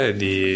di